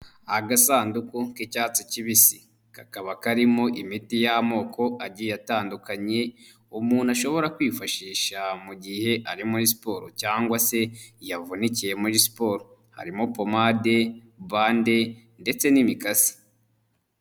Agasanduku k'icyatsi kibisi, kakaba karimo imiti y'amoko agiye atandukanye, umuntu ashobora kwifashisha mu gihe ari muri siporo cyangwa se yavunikiye muri siporo. Harimo: pomade, bande ndetse n'imikasi.